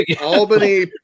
Albany